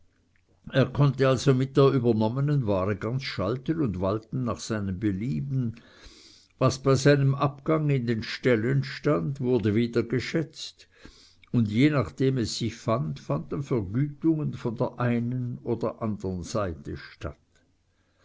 er konnte also mit der übernommenen ware ganz schalten und walten nach seinem belieben was bei seinem abgang in den ställen stund wurde wieder geschätzt und je nachdem es sich fand fanden vergütungen von der einen oder andern seite statt